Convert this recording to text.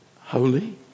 Holy